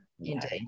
Indeed